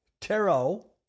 tarot